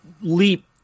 leap